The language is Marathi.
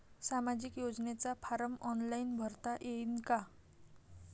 सामाजिक योजनेचा फारम ऑनलाईन भरता येईन का?